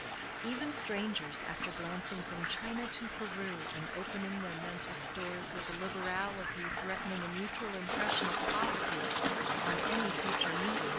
even strangers, after glancing from china to peru and opening their mental stores with a liberality threatening a mutual impression of poverty on any future meeting,